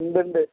ഉണ്ടുണ്ട്